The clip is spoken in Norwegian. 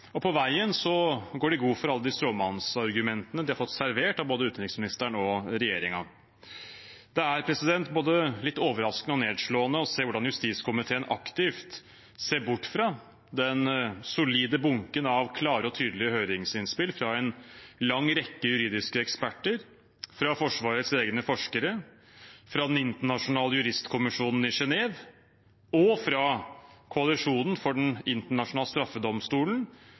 og på veien går de god for alle de stråmannsargumentene de har fått servert av både utenriksministeren og regjeringen. Det er både litt overraskende og nedslående å se hvordan justiskomiteen aktivt ser bort fra den solide bunken av klare og tydelige høringsinnspill fra en lang rekke juridiske eksperter, fra Forsvarets egne forskere, fra den internasjonale juristkommisjonen i Genève og fra Koalisjonen for Den internasjonale